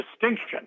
distinction